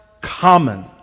common